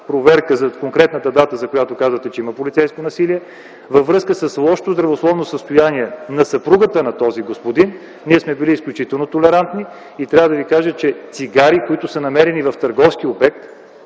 проверка за конкретната дата, за която казвате, че има полицейско насилие. Във връзка с лошото здравословно състояние на съпругата на този господин, ние сме били изключително толерантни. Трябва да Ви кажа, че за цигари, които са намерени в търговския обект